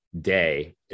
day